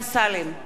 אינו נוכח